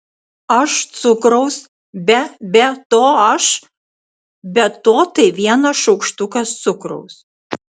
aš cukraus be be to aš be to tai vienas šaukštukas cukraus